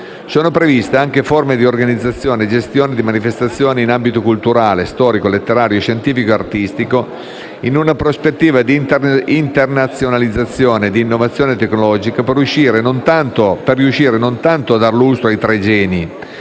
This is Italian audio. Sono previste anche forme di organizzazione e gestione di manifestazioni in ambito culturale, storico, letterario, scientifico e artistico, in una prospettiva di internazionalizzazione e di innovazione tecnologica, per riuscire non tanto a dar lustro ai tre geni,